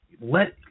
let